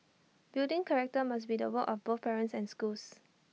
building character must be the work of both parents and schools